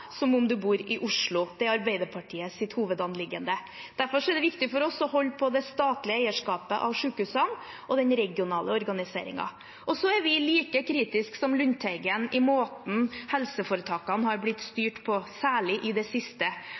eller om man bor i Oslo. Det er Arbeiderpartiets hovedanliggende. Derfor er det viktig for oss å holde på det statlige eierskapet av sykehusene og den regionale organiseringen. Og så er vi like kritisk som representanten Lundteigen til måten helseforetakene har blitt styrt på, særlig i det siste.